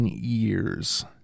years